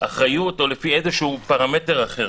אחריות או לפי איזשהו פרמטר אחר.